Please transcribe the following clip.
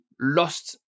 lost